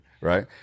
right